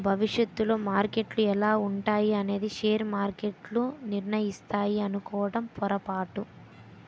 భవిష్యత్తులో మార్కెట్లు ఎలా ఉంటాయి అనేది షేర్ మార్కెట్లు నిర్ణయిస్తాయి అనుకోవడం పొరపాటు